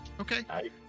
Okay